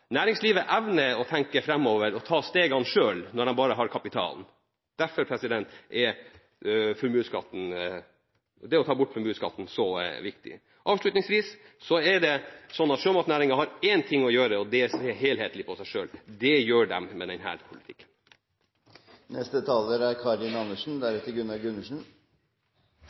Næringslivet evner å tenke framover og ta stegene selv, når de bare har kapitalen. Derfor er det å ta bort formuesskatten så viktig. Avslutningsvis: Sjømatnæringen har én ting å gjøre, og det er å se helhetlig på seg selv. Det gjør den med denne politikken. Til siste taler